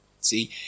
See